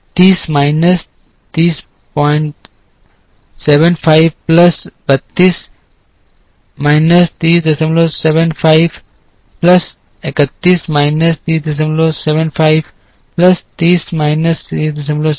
तो 30 minus 3075 plus 32 minus 3075 plus 31 minus 3075 plus 30 minus 3075